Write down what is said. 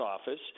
office